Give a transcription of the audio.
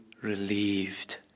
relieved